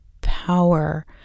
power